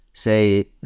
say